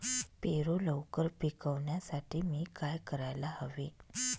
पेरू लवकर पिकवण्यासाठी मी काय करायला हवे?